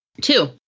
Two